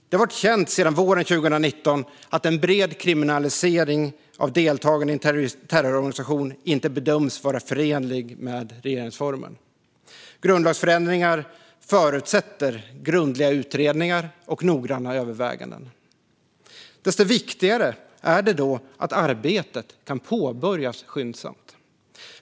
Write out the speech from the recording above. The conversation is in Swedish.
Det har sedan våren 2019 varit känt att en bred kriminalisering av deltagande i en terrororganisation inte bedöms vara förenlig med regeringsformen. Grundlagsförändringar förutsätter grundliga utredningar och noggranna överväganden. Desto viktigare är det därför att arbetet kan påbörjas skyndsamt.